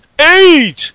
eight